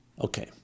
Okay